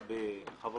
בחברות